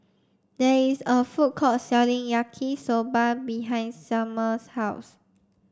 there is a food court selling Yaki Soba behind Sumner's house